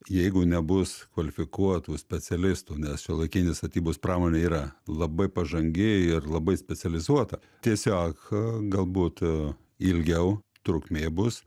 jeigu nebus kvalifikuotų specialistų nes šiuolaikinė statybos pramonė yra labai pažangi ir labai specializuota tiesiog galbūt ilgiau trukmė bus